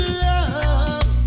love